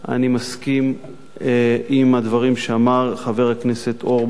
1. אני מסכים לדברים שאמר חבר הכנסת אורבך